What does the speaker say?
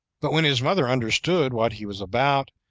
but when his mother understood what he was about,